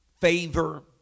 favor